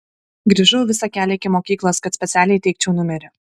grįžau visą kelią iki mokyklos kad specialiai įteikčiau numerį